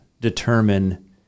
determine